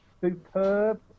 superb